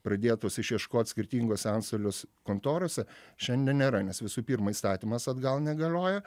pradėtos išieškot skirtinguose antstoliuos kontorose šiandien nėra nes visų pirma įstatymas atgal negalioja